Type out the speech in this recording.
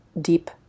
deep